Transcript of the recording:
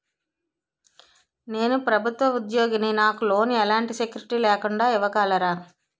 నేను ప్రభుత్వ ఉద్యోగిని, నాకు లోన్ ఎలాంటి సెక్యూరిటీ లేకుండా ఇవ్వగలరా?